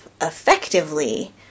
effectively